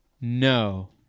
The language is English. No